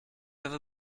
ever